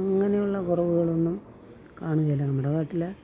അങ്ങനുള്ള കുറവുകളൊന്നും കാണുകേലാ നമ്മുടെ നാട്ടിൽ